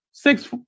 Six